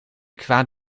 kwaad